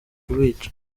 kubica